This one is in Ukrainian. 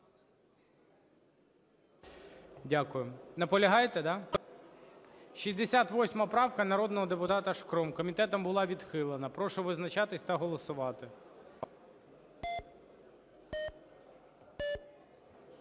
Дякую. Наполягаєте, да? 68 правка народного депутата Шкрум комітетом була відхилена. Прошу визначатись та голосувати.